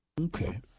Okay